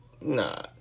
Nah